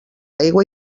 aigua